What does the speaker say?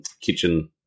kitchen